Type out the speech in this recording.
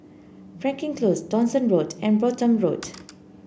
Frankel Close Dawson Road and Brompton Road